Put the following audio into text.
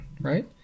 right